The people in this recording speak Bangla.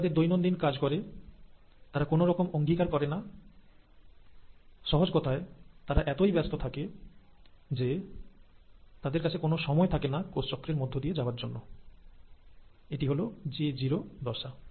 তারা তাদের দৈনন্দিন কাজ করে তারা কোনরকম অঙ্গীকার করে না সহজ কথায় তারা এতই ব্যস্ত থাকে যে তাদের কাছে কোন সময় থাকে না কোষচক্রের মধ্য দিয়ে যাওয়ার জন্য এটি হলো জি জিরো দশা